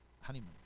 honeymoon